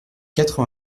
quatre